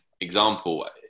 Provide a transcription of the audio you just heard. example